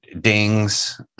dings